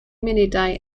munudau